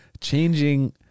Changing